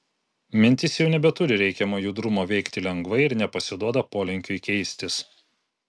mintis jau nebeturi reikiamo judrumo veikti lengvai ir nepasiduoda polinkiui keistis